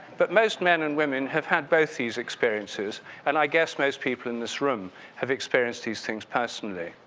but most men and women have had both these experiences and, i guess, most people in this room have experienced these things personally.